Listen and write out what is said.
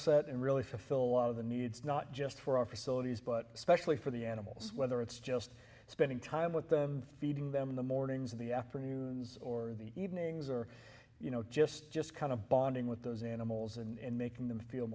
set and really fulfill lot of the needs not just for our facilities but especially for the animals whether it's just spending time with them feeding them in the mornings in the afternoons or the evenings or you know just just kind of bonding with those animals and making them feel